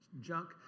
junk